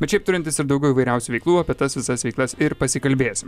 bet šiaip turintis ir daugiau įvairiausių veiklų apie tas visas veiklas ir pasikalbėsim